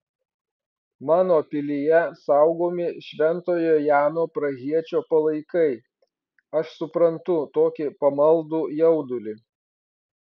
mano pilyje saugomi šventojo jano prahiečio palaikai aš suprantu tokį pamaldų jaudulį